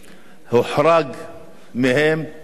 הוחרג מהם תפקיד